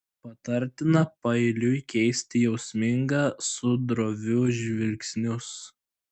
patartina paeiliui keisti jausmingą su droviu žvilgsnius